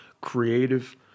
creative